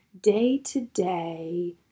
day-to-day